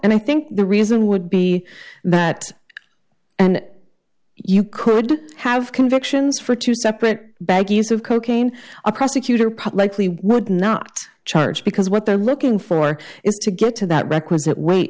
and i think the reason would be that and you could have convictions for two separate baggies of cocaine a prosecutor publicly would not charge because what they're looking for is to get to that requisite w